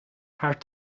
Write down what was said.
haar